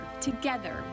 Together